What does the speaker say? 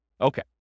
Okay